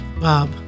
Bob